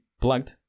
plugged